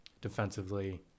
defensively